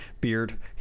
beard